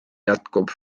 jätkub